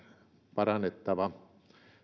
parannettava